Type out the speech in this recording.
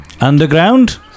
Underground